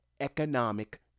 economic